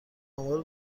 آمار